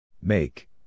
Make